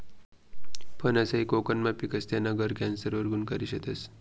फनस हायी कोकनमा पिकस, त्याना गर कॅन्सर वर गुनकारी शेतस